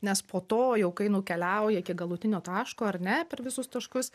nes po to jau kai nukeliauja iki galutinio taško ar ne per visus taškus